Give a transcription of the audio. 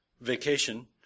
vacation